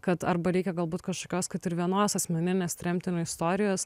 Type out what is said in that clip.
kad arba reikia galbūt kažkokios kad ir vienos asmeninės tremtinio istorijos